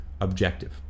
objective